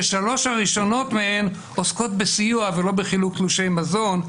ששלוש הראשונות מהן עוסקות בסיוע ולא בחילוק תלושי מזון,